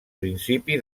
principi